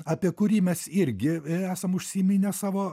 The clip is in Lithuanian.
apie kurį mes irgi esam užsiminę savo